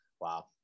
Wow